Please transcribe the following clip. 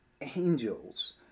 angels